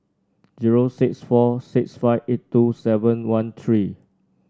zero six four six five eight two seven one three